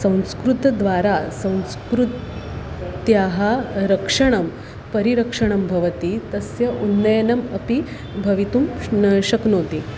संस्कृतद्वारा संस्कृत्याः रक्षणं परिरक्षणं भवति तस्य उन्नयनम् अपि भवितुं न शक्नोति